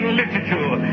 literature